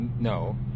No